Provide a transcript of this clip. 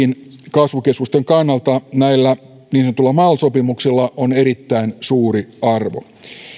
kasvukeskusten kannalta näillä niin sanotuilla mal sopimuksilla on erittäin suuri arvo